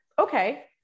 okay